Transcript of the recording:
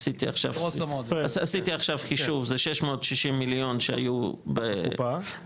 עשיתי עכשיו חישוב זה 660 מיליון שהיו בקופה,